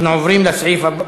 אנחנו עוברים לסעיף הבא,